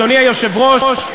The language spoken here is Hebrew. אדוני היושב-ראש,